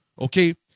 okay